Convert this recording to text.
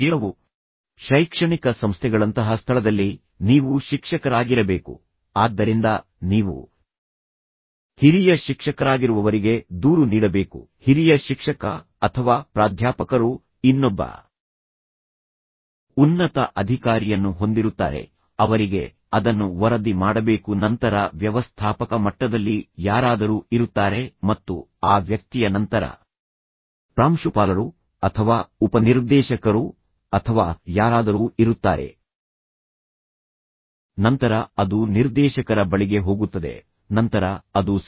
ಕೆಲವು ಶೈಕ್ಷಣಿಕ ಸಂಸ್ಥೆಗಳಂತಹ ಸ್ಥಳದಲ್ಲಿ ನೀವು ಶಿಕ್ಷಕರಾಗಿರಬೇಕು ಆದ್ದರಿಂದ ನೀವು ಹಿರಿಯ ಶಿಕ್ಷಕರಾಗಿರುವವರಿಗೆ ದೂರು ನೀಡಬೇಕು ಹಿರಿಯ ಶಿಕ್ಷಕ ಅಥವಾ ಪ್ರಾಧ್ಯಾಪಕರು ಇನ್ನೊಬ್ಬ ಉನ್ನತ ಅಧಿಕಾರಿಯನ್ನು ಹೊಂದಿರುತ್ತಾರೆ ಅವರಿಗೆ ಅದನ್ನು ವರದಿ ಮಾಡಬೇಕು ನಂತರ ವ್ಯವಸ್ಥಾಪಕ ಮಟ್ಟದಲ್ಲಿ ಯಾರಾದರೂ ಇರುತ್ತಾರೆ ಮತ್ತು ಆ ವ್ಯಕ್ತಿಯ ನಂತರ ಪ್ರಾಂಶುಪಾಲರು ಅಥವಾ ಉಪ ನಿರ್ದೇಶಕರು ಅಥವಾ ಯಾರಾದರೂ ಇರುತ್ತಾರೆ ನಂತರ ಅದು ನಿರ್ದೇಶಕರ ಬಳಿಗೆ ಹೋಗುತ್ತದೆ ನಂತರ ಅದು ಸಿ